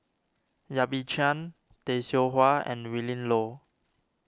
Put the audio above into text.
Yap Ee Chian Tay Seow Huah and Willin Low